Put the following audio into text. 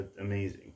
amazing